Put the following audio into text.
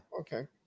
okay